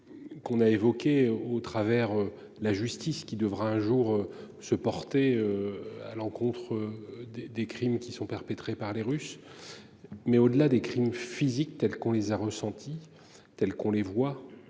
Qu'on a évoqué au travers la justice qui devra un jour se porter. À l'encontre des des crimes qui sont perpétrés par les Russes. Mais au-delà des crimes physiques tels qu'on les a ressenties telles qu'on les voit